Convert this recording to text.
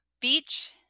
Beach